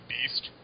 Beast